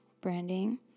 branding